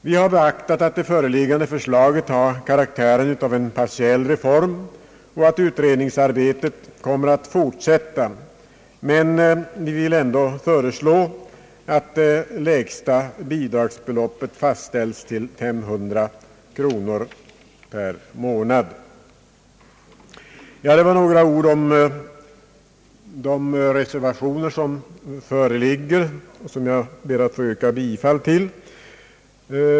Vi har beaktat att det föreliggande förslaget har karaktären av en partiell reform och att utredningsarbetet kommer att fortsätta men vill ändå föreslå att det lägsta bidragsbeloppet fastställs till 500 kronor per månad. Det var några ord om de reservationer som föreligger och som jag ber att få yrka bifall till.